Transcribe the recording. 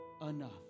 enough